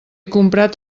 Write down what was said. comprat